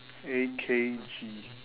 A_K_G